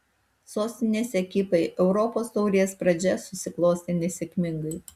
sostinės ekipai europos taurės pradžia susiklostė nesėkmingai